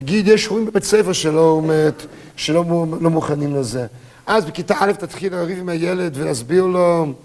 נגיד, יש שחורים בבית ספר שלא מוכנים לזה. אז בכיתה א' תתחיל לריב עם הילד ולהסביר לו...